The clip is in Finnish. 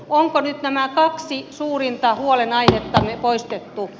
onko nyt nämä kaksi suurinta huolenaihettamme poistettu